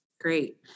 Great